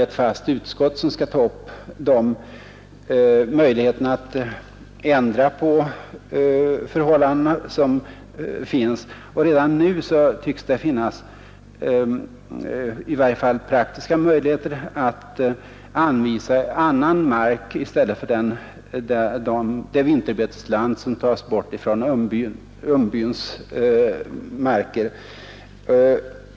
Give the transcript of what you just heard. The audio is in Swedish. Ett fast utskott skall ta upp möjligheterna att ändra på förhållandena, och redan nu tycks det finnas i varje fall praktiska möjligheter att anvisa annan mark i stället för det vinterbetesland som tas bort från Umbyns marker.